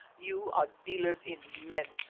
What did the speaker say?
you are dealers in men.